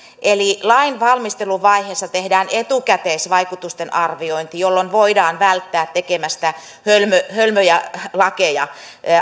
eli lainvalmisteluvaiheessa tehdään etukäteisvaikutusten arviointi jolloin voidaan välttää tekemästä hölmöjä hölmöjä lakeja